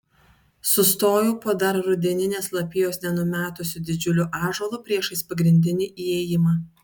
sustojau po dar rudeninės lapijos nenumetusiu didžiuliu ąžuolu priešais pagrindinį įėjimą